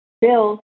Bill